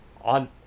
On